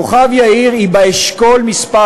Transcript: כוכב-יאיר הוא באשכול מס'